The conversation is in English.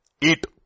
eat